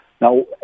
Now